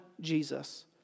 Jesus